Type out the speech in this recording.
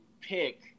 pick